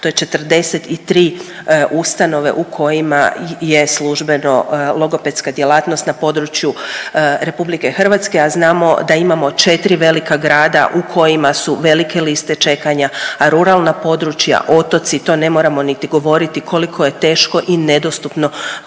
to je 43 ustanove u kojima je službeno logopedska djelatnost na području RH, a znamo da imamo četri velika grada u kojima su liste čekanja, a ruralna područja, otoci to ne moramo niti govoriti koliko je teško i nedostupno.